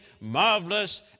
marvelous